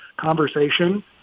conversation